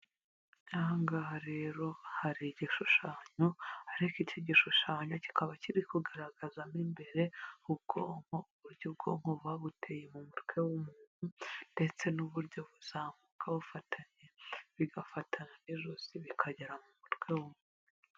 Ahangaha rero hari igishushanyo ariko icyo gishushanyo kikaba kiri kugaragazamo imbere h'ubwonko, uburyo ubwonko buba buteye mu mutwe w'umuntu, ndetse n'uburyo buzamuka bufatanye bigafatana n'ijosi bikagera mu mutwe w'umuntu.